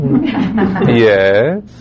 Yes